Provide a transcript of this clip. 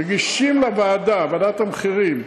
מגישים לוועדה, ועדת המחירים,